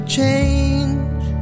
change